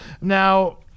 Now